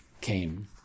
came